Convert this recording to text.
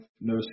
no